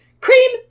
Cream